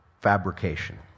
fabrication